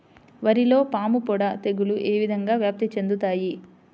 వరిలో పాముపొడ తెగులు ఏ విధంగా వ్యాప్తి చెందుతాయి?